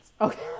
Okay